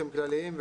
שהם כלליים.